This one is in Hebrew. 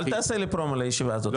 אל תעשה לי פרומו לישיבה הזאת,